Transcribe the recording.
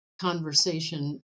conversation